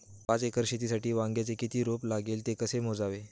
पाच एकर शेतीसाठी वांग्याचे किती रोप लागेल? ते कसे मोजावे?